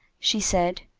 she said,